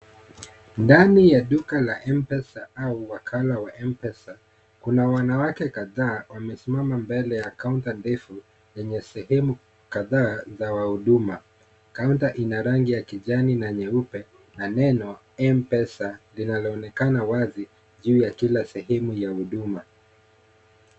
Ndani ya duka ya mpesa au wakala wa mpesa. kuna wanawake kadhaa wamesimama mbele ya kaunta ndefu yenye sehemu kadhaa za waudumu. Kaunta ina rangi ya kijani na nyeupe, na neno mpesa linaloonekana wazi juu ya kila sehemu ya huduma.